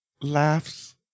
laughs